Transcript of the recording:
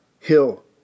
Hill